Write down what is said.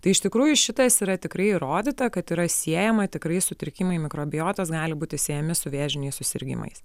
tai iš tikrųjų šitas yra tikrai įrodyta kad yra siejama tikrai sutrikimai mikrobiotos gali būti siejami su vėžiniais susirgimais